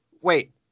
wait